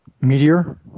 Meteor